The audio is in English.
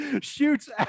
shoots